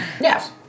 Yes